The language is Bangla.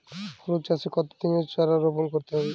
হলুদ চাষে কত দিনের চারা রোপন করতে হবে?